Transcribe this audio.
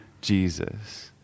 Jesus